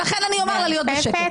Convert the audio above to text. לכן אומר לה להיות בשקט.